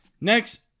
next